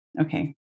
Okay